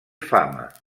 fama